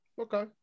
Okay